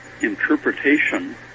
interpretation